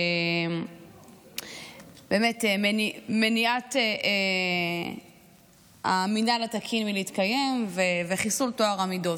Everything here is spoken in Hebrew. ובאמת מניעת המינהל התקין מלהתקיים וחיסול טוהר המידות.